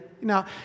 Now